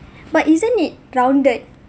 but isn't it rounded